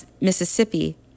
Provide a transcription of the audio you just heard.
Mississippi